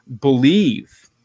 believe